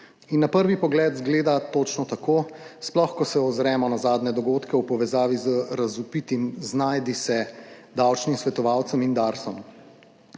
na prvi pogled zgleda točno tako, sploh ko se ozremo na zadnje dogodke v povezavi z razvpitim znajdi se davčnim svetovalcem in Darsom.